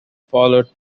followed